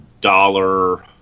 dollar